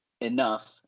enough